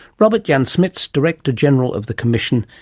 robert jan-smits, director general of the commission,